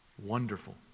wonderful